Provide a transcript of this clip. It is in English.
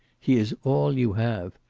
he is all you have.